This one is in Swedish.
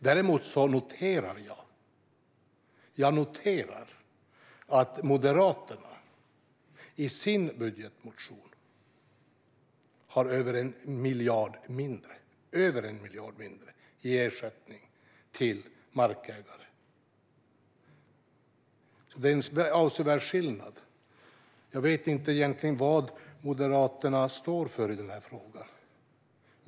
Däremot noterar jag att Moderaterna i sin budgetmotion har över 1 miljard mindre i ersättning till markägarna. Det är en avsevärd skillnad. Jag vet egentligen inte var Moderaterna står i frågan.